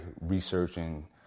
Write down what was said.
researching